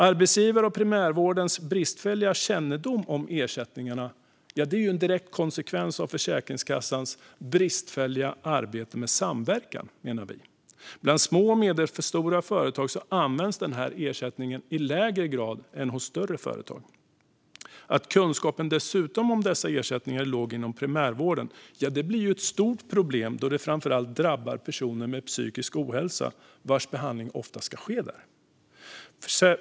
Arbetsgivares och primärvårdens bristfälliga kännedom om ersättningarna är en direkt konsekvens av Försäkringskassans bristfälliga arbete med samverkan, menar vi. Bland små och medelstora företag används ersättningen i lägre grad än i större företag. Att kunskapen om dessa ersättningar dessutom är låg inom primärvården blir ett stort problem då det framför allt drabbar personer med psykisk ohälsa vars behandling ofta sker där.